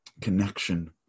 connection